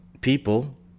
people